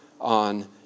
on